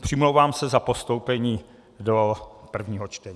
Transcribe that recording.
Přimlouvám se za postoupení do druhého čtení.